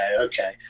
okay